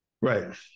Right